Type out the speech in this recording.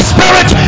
Spirit